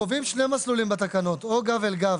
קובעים שני מסלולים בתקנות: או גב אל אגב,